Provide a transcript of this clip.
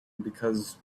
because